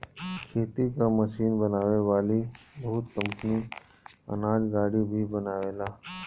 खेती कअ मशीन बनावे वाली बहुत कंपनी अनाज गाड़ी भी बनावेले